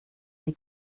sie